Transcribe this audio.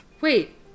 Wait